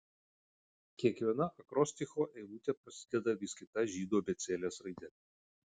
kiekviena akrosticho eilutė prasideda vis kita žydų abėcėlės raide